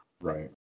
Right